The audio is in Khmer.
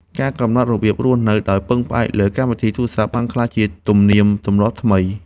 ការកំណត់របៀបរស់នៅដោយពឹងផ្អែកលើកម្មវិធីទូរសព្ទ បានក្លាយជាទំនៀមទម្លាប់ថ្មី។